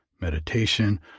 meditation